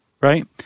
right